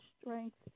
strength